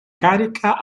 carica